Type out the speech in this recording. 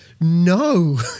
no